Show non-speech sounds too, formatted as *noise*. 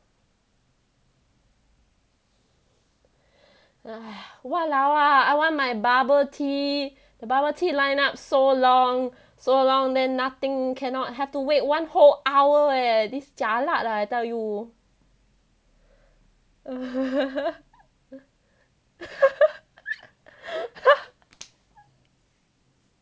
*noise* !walao! ah I want my bubble tea the bubble line up so long so long then nothing cannot have to wait one whole hour eh this jialat lah I tell you *laughs*